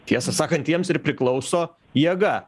tiesą sakant jiems ir priklauso jėga